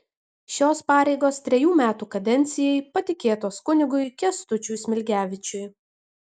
šios pareigos trejų metų kadencijai patikėtos kunigui kęstučiui smilgevičiui